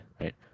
right